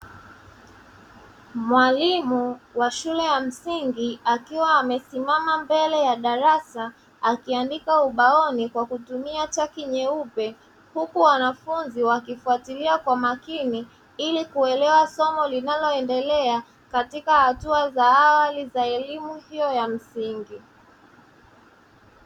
Mwalimu wa shule ya msingi akiwa amesimama mbele ya darasa, akiandika ubaoni kwa kutumia chaki nyeupe, huku wanafunzi wakifuatilia kwa makini ili kuelewa somo linaloendelea katika hatua za awali za elimu hiyo ya msingi.